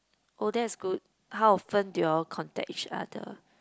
oh that's good how often do you all contact each other